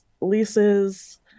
leases